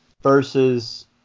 versus